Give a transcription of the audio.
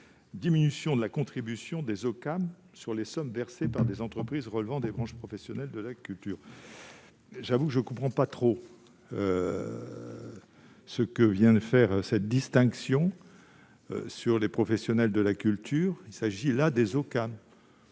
diminuer la contribution des OCAM sur les sommes versées par des entreprises relevant des branches professionnelles de la culture. J'avoue ne pas trop comprendre ce que vient faire cette distinction en faveur des professionnels de la culture ... Il s'agit des OCAM